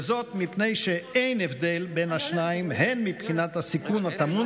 וזאת מפני שאין הבדל בין השניים הן מבחינת הסיכון הטמון